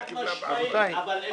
חד משמעית.